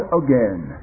again